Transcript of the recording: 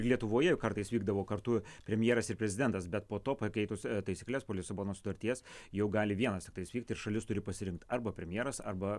lietuvoje kartais vykdavo kartu premjeras ir prezidentas bet po to pakeitus taisykles po lisabonos sutarties jau gali vienas tiktais vykt ir šalis turi pasirinkt arba premjeras arba